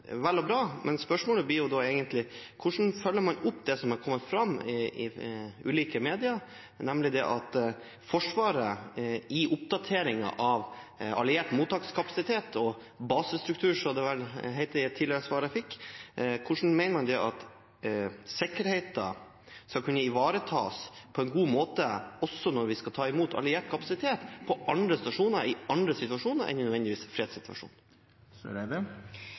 vel og bra. Men spørsmålet blir egentlig: Hvordan følger man opp det som har kommet fram i ulike medier, nemlig at Forsvaret i oppdateringen av alliert mottakskapasitet og basestruktur, som det vel het i et tidligere svar jeg fikk, skal ta imot alliert kapasitet på andre baser i andre situasjoner enn nødvendigvis en fredssituasjon – hvordan mener man sikkerheten skal kunne ivaretas på en god måte? Jeg skal ikke gå altfor langt inn i